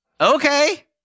okay